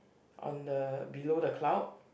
on the below the cloud